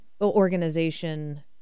organization